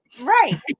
right